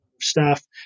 staff